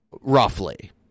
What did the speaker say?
Roughly